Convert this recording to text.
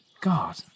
God